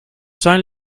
zijn